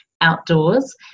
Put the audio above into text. outdoors